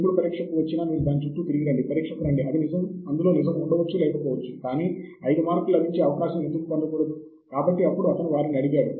ముందు మీరు దాన్ని పరిశీలించి ఏవి ఉపయోగించాలో నిర్ణయించుకోండి